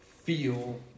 feel